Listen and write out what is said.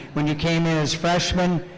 when you came in as freshmen,